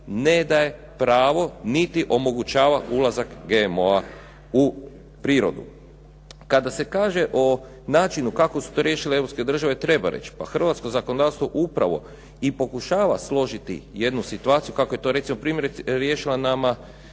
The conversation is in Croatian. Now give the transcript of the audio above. ne daje pravo niti omogućava ulazak GMO-a u prirodu. Kada se kaže o načinu kako su to riješile europske države treba reći, pa hrvatsko zakonodavstvo upravo i pokušava složiti jednu situaciju kako je to recimo primjerice riješila nama